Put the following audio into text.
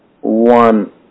one